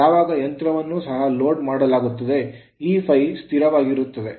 ಯಾವಾಗ ಯಂತ್ರವನ್ನು ಸಹ ಲೋಡ್ ಮಾಡಲಾಗುತ್ತದೆ ಈ ∅ ಸ್ಥಿರವಾಗಿರುತ್ತದೆ